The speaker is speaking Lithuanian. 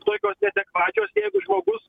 tokios neadekvačios jeigu žmogus